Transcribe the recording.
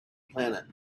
planet